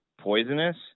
poisonous